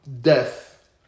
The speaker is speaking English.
Death